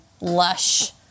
lush